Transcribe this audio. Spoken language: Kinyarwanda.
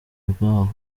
rwabo